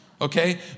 Okay